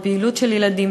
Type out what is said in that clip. בפעילות של ילדים,